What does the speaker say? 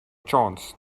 chance